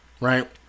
Right